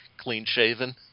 clean-shaven